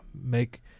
make